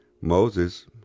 Moses